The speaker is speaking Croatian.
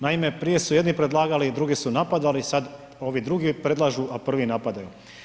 Naime, prije su jedni predlagali, drugi su napadali, sad ovi drugi predlažu, a prvi napadaju.